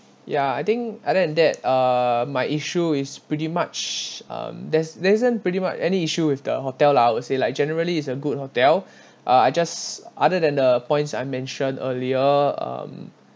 ya I think other than that uh my issue is pretty much um there's there isn't pretty much any issue with the hotel lah I would say like generally is a good hotel uh I just other than the points I've mentioned earlier um